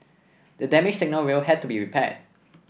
the damaged signal rail had to be repaired